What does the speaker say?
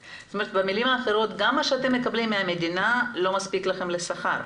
במילים אחרות גם מה שאתם מקבלים מהמדינה לא מספיק לכם לשכר?